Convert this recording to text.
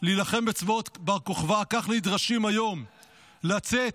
להילחם בצבאות בר כוכבא, כך נדרשים היום לצאת